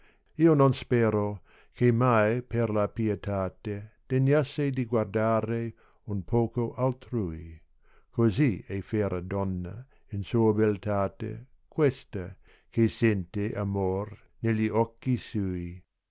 io no spero che mai per la piétate degnasse di guardare un poco altrui così è fera donna in sua beltate questa che sente amor negli occhi sui